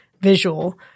visual